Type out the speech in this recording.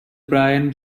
brian